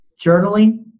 journaling